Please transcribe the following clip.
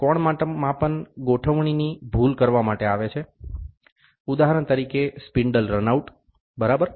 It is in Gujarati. કોણ માપન ગોઠવણીની ભૂલ માટે કરવામાં આવે છે ઉદાહરણ તરીકે સ્પિન્ડલ રન આઉટ બરાબર